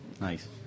Nice